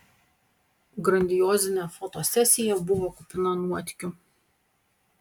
grandiozinė fotosesija buvo kupina nuotykių